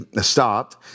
stopped